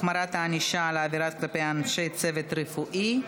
החמרת הענישה על עבירות כלפי אנשי צוות רפואי),